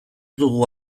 dugu